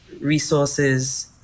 resources